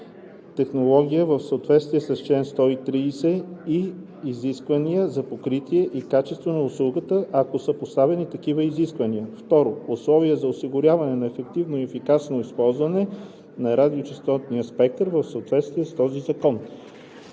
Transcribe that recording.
технология в съответствие с чл. 130 и изисквания за покритие и качество на услугата, ако са поставени такива изисквания; 2. условия за осигуряване на ефективно и ефикасно използване на радиочестотния спектър в съответствие с този закон;